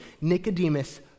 Nicodemus